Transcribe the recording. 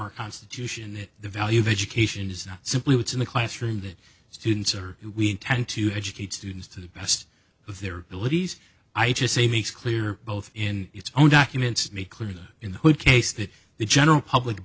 our constitution that the value of education is not simply what's in the classroom the students are we intend to educate students to the best of their abilities i just say makes clear both in its own documents make clearly in the case that the general public